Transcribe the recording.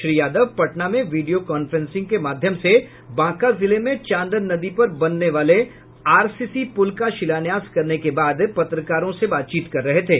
श्री यादव पटना में video conferencing के माध्यम से बांका जिले में चांदन नदी पर बनने वाले आरसीसी प्रल का शिलान्यास करने के बाद पत्रकारों से बातचीत कर रहे थे